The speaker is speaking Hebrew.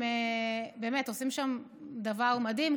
הם באמת עושים שם דבר מדהים.